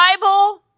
Bible